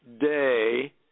day